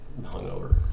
hungover